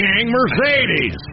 Mercedes